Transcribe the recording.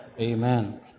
Amen